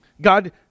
God